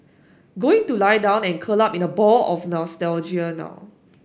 going to lie down and curl up in a ball of nostalgia now